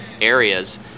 areas